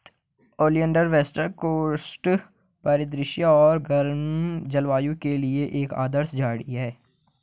oleander west coast परिदृश्य और गर्म जलवायु के लिए एक आदर्श झाड़ी है